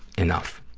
enough.